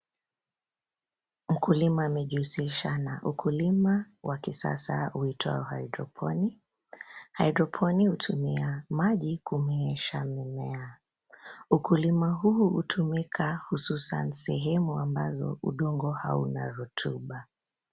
Mkulima amejihusisha na ukulima wa kisasa uitwao hydroponi . Hydroponi hutumia maji kumeesha mimea. Ukulima huu hutumika hususan sehemu ambazo udongo hauna rotuba.